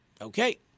Okay